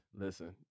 Listen